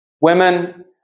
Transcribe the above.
Women